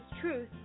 truth